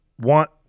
want